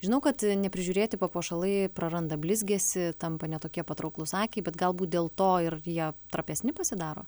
žinau kad neprižiūrėti papuošalai praranda blizgesį tampa ne tokie patrauklūs akiai bet galbūt dėl to ir jie trapesni pasidaro